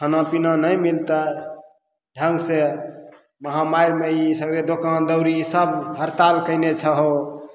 खानापीना नहि मिलतय ढङ्गसँ महामारिमे ई सगरे दोकान दौड़ी सब हड़ताल कयने छहो